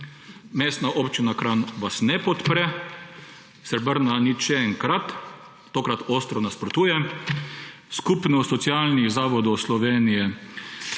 Mestna občina Kranj vas ne podpre. Srebrna nit, še enkrat, tokrat ostro nasprotuje. Skupnost socialnih zavodov Slovenije,